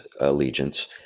allegiance